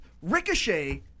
Ricochet